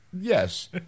yes